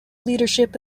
leadership